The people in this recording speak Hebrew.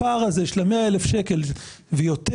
הפער הזה של ה-100,000 שקל ויותר,